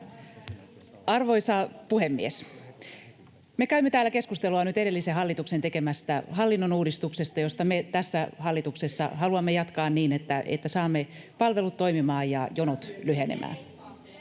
Arvoisa puhemies! Me käymme täällä keskustelua nyt edellisen hallituksen tekemästä hallinnonuudistuksesta, josta me tässä hallituksessa haluamme jatkaa niin, että saamme palvelut toimimaan ja jonot lyhenemään.